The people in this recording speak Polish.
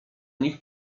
nich